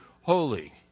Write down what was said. holy